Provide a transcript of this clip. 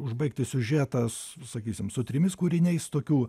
užbaigti siužetą sakysim su trimis kūriniais tokių